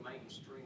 mainstream